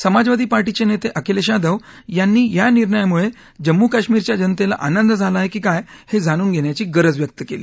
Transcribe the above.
समाजवादी पार्टीचे नेते अखिलेश यादव यांनी या निर्णयामुळे जम्मू कश्मिरच्या जनतेला आनंद झाला आहे की काय हे जाणून घेण्याची गरज व्यक्त केली